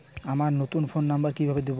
আমার নতুন phone number কিভাবে দিবো?